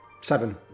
Seven